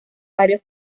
varios